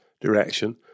direction